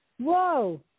Whoa